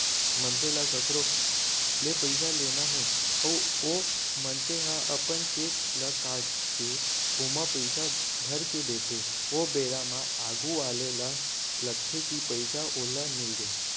मनसे ल कखरो ले पइसा लेना हे अउ ओ मनसे ह अपन चेक ल काटके ओमा पइसा भरके देथे ओ बेरा म आघू वाले ल लगथे कि पइसा ओला मिलगे